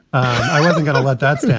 i wasn't going to let that stand.